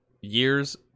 years